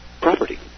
property